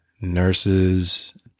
nurses